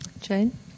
Jane